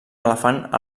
elefant